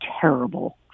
terrible